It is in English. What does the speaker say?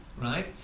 right